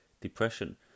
depression